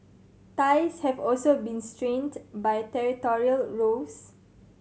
ties have also been strained by territorial rows